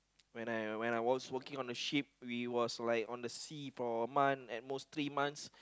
when I when I was working on the ship we was like on the sea for month at most three months